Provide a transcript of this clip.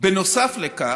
נוסף לכך,